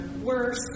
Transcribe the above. worse